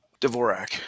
Dvorak